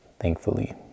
thankfully